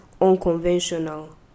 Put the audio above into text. unconventional